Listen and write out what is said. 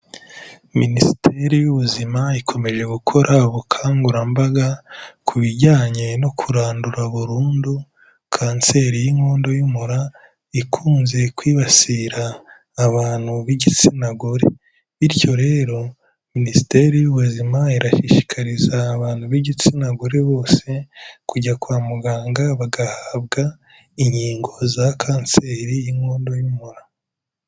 Minisiteri y'ubuzima ikomeje gukora ubukangurambaga ku bijyanye no kurandura burundu kanseri y'inkondo y'umura ikunze kwibasira abantu b'igitsina gore, bityo rero minisiteri y'ubuzima irashishikariza abantu b'igitsina gore bose kujya kwa muganga bagahabwa inkingo za kanseri y'inkondo y'umura.